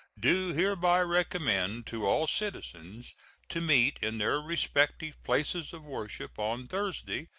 do hereby recommend to all citizens to meet in their respective places of worship on thursday,